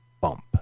bump